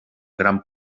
gran